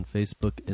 Facebook